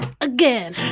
Again